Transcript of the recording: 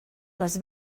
les